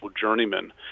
journeyman